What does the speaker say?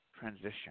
transition